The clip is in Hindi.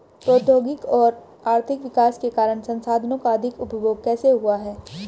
प्रौद्योगिक और आर्थिक विकास के कारण संसाधानों का अधिक उपभोग कैसे हुआ है?